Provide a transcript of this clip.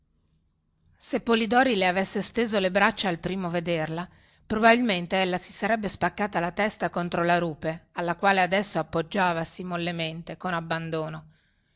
se polidori le avesse steso le braccia al primo vederla probabilmente ella si sarebbe spaccata la testa contro la rupe alla quale adesso appoggiavasi mollemente con abbandono